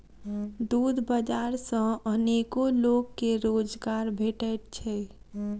दूध बाजार सॅ अनेको लोक के रोजगार भेटैत छै